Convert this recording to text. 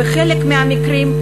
בחלק מהמקרים,